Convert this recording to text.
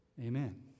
Amen